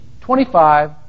twenty-five